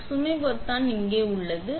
எனவே சுமை பொத்தானை இங்கே உள்ளது